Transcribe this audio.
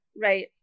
right